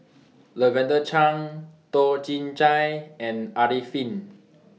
Lavender Chang Toh Chin Chye and Arifin